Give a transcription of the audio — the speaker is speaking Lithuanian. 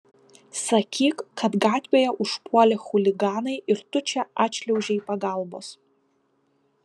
sakyk kad gatvėje užpuolė chuliganai ir tu čia atšliaužei pagalbos